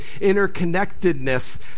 interconnectedness